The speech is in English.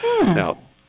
Now